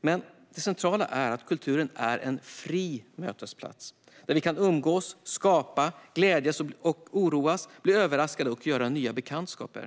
Men det centrala är att kulturen är en fri mötesplats där vi kan umgås, skapa, glädjas, oroas, bli överraskade och göra nya bekantskaper.